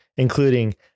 including